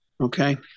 Okay